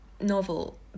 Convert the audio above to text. novel